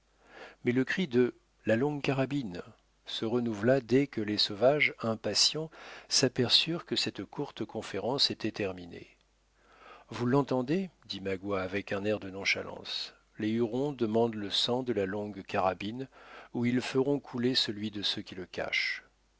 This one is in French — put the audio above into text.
mais le cri de la longue carabine se renouvela dès que les sauvages impatients s'aperçurent que cette courte conférence était terminée vous l'entendez dit magua avec un air de nonchalance les hurons demandent le sang de la longue carabine ou ils feront couler celui de ceux qui le cachent